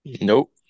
Nope